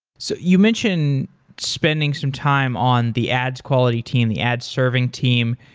so you mentioned spending some time on the ads quality team, the ad serving team,